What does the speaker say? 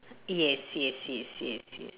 yes yes yes yes yes